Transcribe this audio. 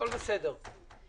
הכול בסדר.